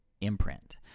imprint